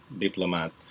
diplomat